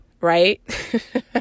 right